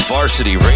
Varsity